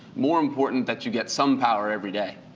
more important that you get some power every day.